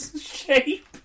shape